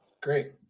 great